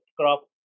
crop